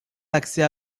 l’accès